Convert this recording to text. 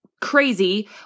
crazy